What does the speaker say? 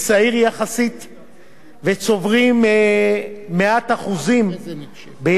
וצוברים מעט אחוזים ביחס לעובדים הרגילים במשק,